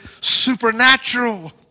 supernatural